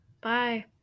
bye